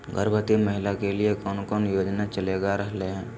गर्भवती महिला के लिए कौन कौन योजना चलेगा रहले है?